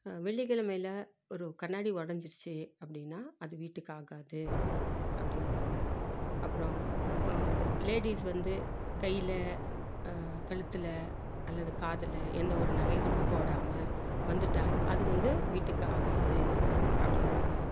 வெள்ளிக்கிழமைல ஒரு கண்ணாடி உடஞ்சிருச்சி அப்படின்னா அது வீட்டுக்கு ஆகாது அப்படின்வாங்க அப்புறம் லேடிஸ் வந்து கையில் கழுத்துல அல்லது காதில் எந்த ஒரு நகைகளும் போடாமல் வந்துட்டால் அது வந்து வீட்டுக்கு ஆகாது அப்படின்வாங்க